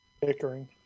Bickering